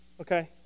okay